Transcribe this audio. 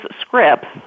scripts